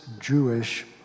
Jewish